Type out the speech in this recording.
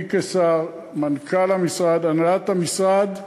אני כשר, מנכ"ל המשרד, הנהלת המשרד,